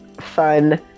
fun